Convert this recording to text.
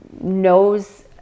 knows